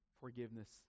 Forgiveness